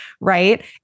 Right